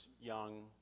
young